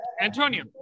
Antonio